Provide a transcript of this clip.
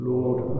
Lord